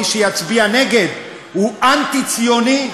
ומי שיצביע נגד, הוא אנטי-ציוני?